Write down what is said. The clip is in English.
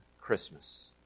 Christmas